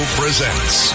presents